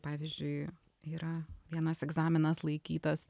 pavyzdžiui yra vienas egzaminas laikytas